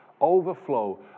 overflow